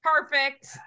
perfect